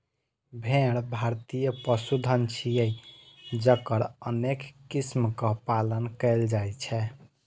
भेड़ भारतीय पशुधन छियै, जकर अनेक किस्मक पालन कैल जाइ छै